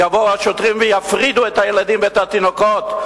יבואו השוטרים ויפרידו את הילדים ואת התינוקות.